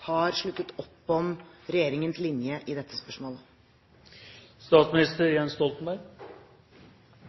har sluttet opp om regjeringens linje i dette